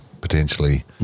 potentially